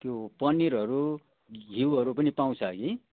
त्यो पनिरहरू घिउहरू पनि पाउँछ है